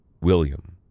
William